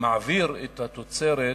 מעביר את התוצרת